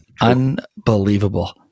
Unbelievable